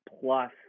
plus